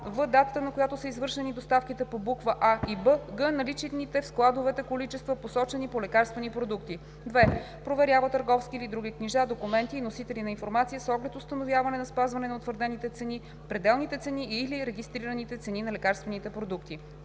в) датата, на която са извършени доставките по букви „а“ и „б“; г) наличните в складовете количества, посочени по лекарствени продукти. 2. проверява търговски или други книжа, документи и носители на информация с оглед установяване на спазване на утвърдените цени, пределните цени или регистрираните цени на лекарствените продукти;